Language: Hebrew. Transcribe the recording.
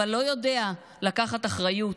אבל לא יודע לקחת אחריות.